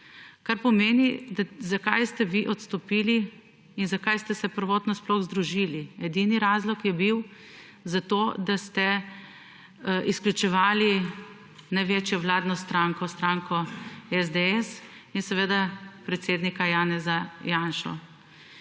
kar pomeni, zakaj ste vi odstopili in zakaj ste se prvotno sploh združili. Edini razlog je bil zato, da ste izključevali največjo vladno stranko, stranko SDS in seveda predsednika Janeza Janšo.